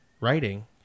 writing